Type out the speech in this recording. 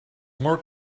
more